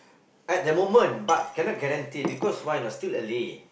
at that moment but cannot guarantee because why or not still early